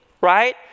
right